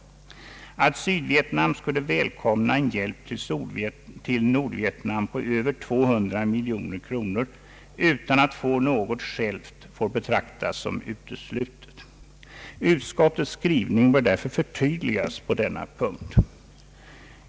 Att Sydvietnam skulle välkomna en hjälp till Nordvietnam på över 200 miljoner kronor utan att självt få någon hjälp får betraktas som uteslutet. Utskottets skrivning bör därför förtydligas på denna punkt.